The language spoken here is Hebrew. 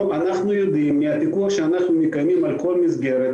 אנחנו יודעים מהפיקוח שאנחנו מקיימים על כל מסגרת,